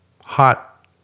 hot